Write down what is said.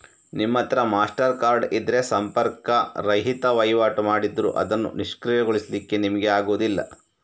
ನಿಮ್ಮತ್ರ Mastercard ಇದ್ರೆ ಸಂಪರ್ಕ ರಹಿತ ವೈವಾಟು ಮಾಡಿದ್ರೂ ಅದನ್ನು ನಿಷ್ಕ್ರಿಯಗೊಳಿಸ್ಲಿಕ್ಕೆ ನಿಮ್ಗೆ ಆಗುದಿಲ್ಲ